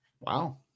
Wow